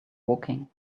woking